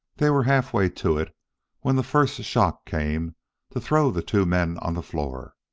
they were halfway to it when the first shock came to throw the two men on the floor.